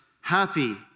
happy